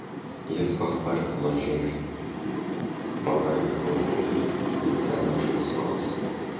jis paspartino žingsnį pavargę hobitai bidzeno iš paskos